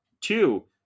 Two